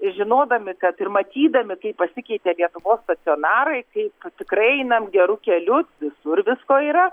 ir žinodami kad ir matydami kaip pasikeitė lietuvos stacionarai kai tikrai einam geru keliu visur visko yra